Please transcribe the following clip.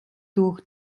durch